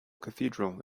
cathedral